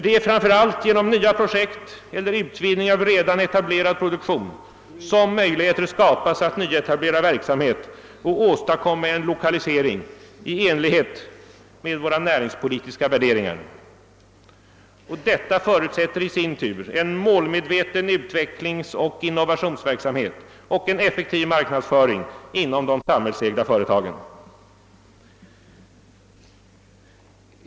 Det är framför allt genom nya projekt eller utvidgning av redan etablerad produktion som möjligheter skapas att nyetablera verksamhet och åstadkomma en lokalisering i enlighet med våra näringspolitiska värderingar. Detta förutsätter i sin tur en målmedveten utvecklingsoch innovationsverksamhet och en effektiv marknadsföring inom de samhällsägda företagen.